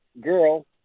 girl